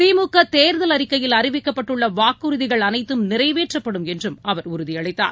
திமுகதேர்தல் அறிக்கையில் அறிவிக்கப்பட்டுள்ளவாக்குறுதிகள் அனைத்தும் நிறைவேற்றப்படும் என்றும் அவர் உறுதியளித்தார்